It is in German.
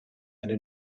eine